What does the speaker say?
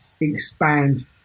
expand